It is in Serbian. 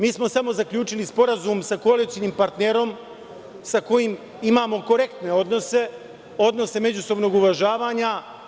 Mi smo samo zaključili sporazum sa koalicionim partnerom sa kojim imamo korektne odnose, odnose međusobnog uvažavanja.